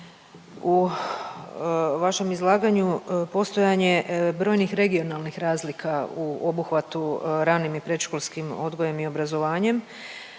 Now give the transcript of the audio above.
u vašem izlaganju postojanje brojnih regionalnih razlika u obuhvatu ranim i predškolskim odgojem i obrazovanjem.